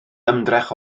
ymdrech